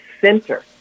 center